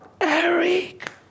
Eric